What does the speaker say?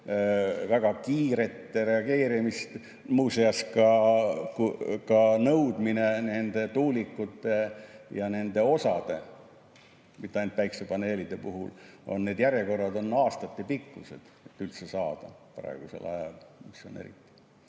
väga kiiret reageerimist. Muuseas, ka nõudmine nende tuulikute ja nende osade, mitte ainult päikesepaneelide puhul – need järjekorrad aastatepikkused, et üldse saada praegusel ajal. Ja ma ei